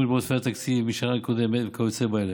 שינויים בעודפי התקציב משנה קודמת וכיוצא באלה.